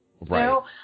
right